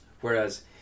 Whereas